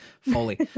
fully